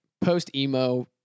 post-emo